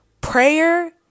prayer